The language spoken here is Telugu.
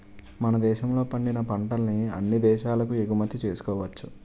మన దేశంలో పండిన పంటల్ని అన్ని దేశాలకు ఎగుమతి చేసుకోవచ్చును